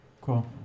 Cool